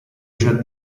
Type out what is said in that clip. già